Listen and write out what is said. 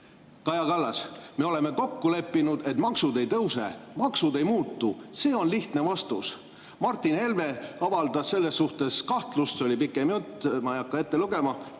Kaja Kallas: "Me oleme kokku leppinud, et maksud ei tõuse, maksud ei muutu. See on lihtne vastus." Martin Helme avaldas selle suhtes kahtlust. See oli pikem jutt, ma ei hakka ette lugema.